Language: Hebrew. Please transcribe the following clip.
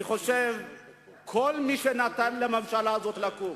אני חושב שכל מי שנתן לממשלה הזאת לקום,